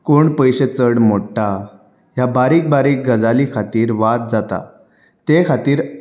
कोण पयशे चड मोडटा ह्या बारीक बारीक गजाली खातीर वाद जाता ते खातीर